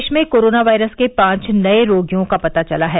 देश में corona virus के पांच नए रोगियों का पता चला है